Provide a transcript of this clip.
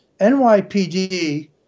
NYPD